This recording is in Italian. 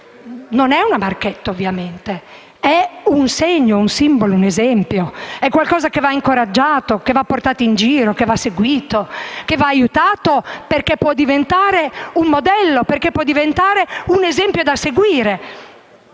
non è una marchetta, ovviamente, ma è un segno, un simbolo, un esempio: è qualcosa che va incoraggiato, va portato in giro, va seguito ed aiutato, perché può diventare un modello e un esempio da seguire.